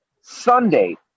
Sunday